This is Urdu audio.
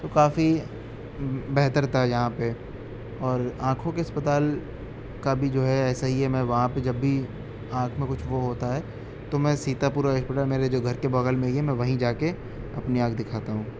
تو کافی بہتر تھا یہاں پہ اور آنکھوں کے اسپتال کا بھی جو ہے ایسا ہی ہے میں وہاں پہ جب بھی آنکھ میں کچھ وہ ہوتا ہے تو میں سیتاپور آئی ہاسپٹل میرے جو گھر کے بغل میں ہی ہے میں وہیں جا کے اپنی آنکھ دکھاتا ہوں